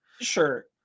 Sure